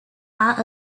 are